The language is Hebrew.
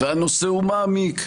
הנושא הוא מעמיק,